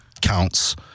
counts